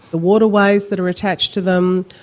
the waterways that are attached to them,